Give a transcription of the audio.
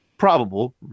Probable